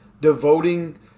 devoting